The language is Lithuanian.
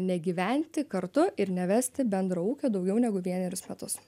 negyventi kartu ir nevesti bendro ūkio daugiau negu vienerius metus